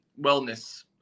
wellness